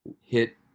hit